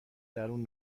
درون